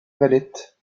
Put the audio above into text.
valette